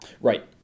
Right